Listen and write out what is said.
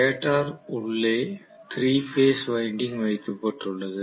stator உள்ளே 3 phase winding வைக்கப்பட்டுள்ளது